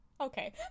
okay